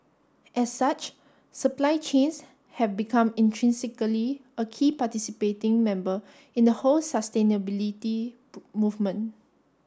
as such supply chains have become intrinsically a key participating member in the whole sustainability movement